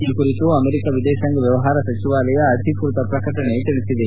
ಈ ಕುರಿತು ಅಮೆರಿಕ ವಿದೇಶಾಂಗ ವ್ಯವಹಾರ ಸಚಿವಾಲಯ ಅಧಿಕೃತ ಪ್ರಕಟಣೆ ನೀಡಿದೆ